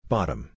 Bottom